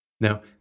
Now